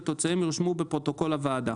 ותוצאותיהן ירשמו בפרוטוקול הוועדה."